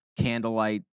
candlelight